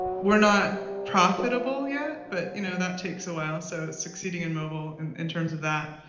we're not profitable yet but you know, that takes a while, so succeeding in mobile and in terms of that,